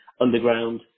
Underground